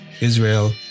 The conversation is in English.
Israel